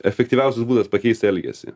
efektyviausias būdas pakeist elgesį